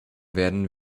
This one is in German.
werden